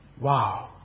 wow